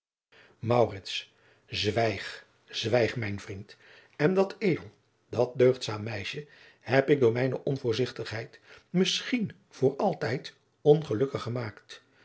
zwijg zwijg mijn vriend en dat edel dat deugdzaam meisje heb ik door mijne onvoorzigtigheid misschien voor altijd ongelukkig gemaakt